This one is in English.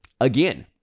Again